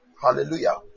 hallelujah